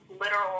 Literal